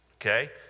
okay